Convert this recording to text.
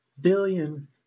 billion